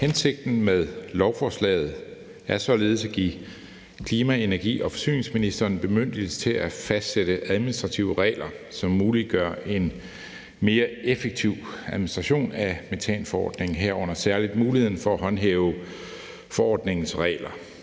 Hensigten med lovforslaget er at give klima-, energi- og forsyningsministeren bemyndigelse til at fastsætte administrative regler, som muliggør en mere effektiv administration af metanforordningen, herunder særlig muligheden for at håndhæve forordningens regler.